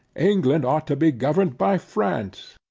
england ought to be governed by france.